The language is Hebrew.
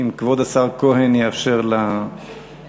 אם כבוד השר כהן יאפשר לה לבוא,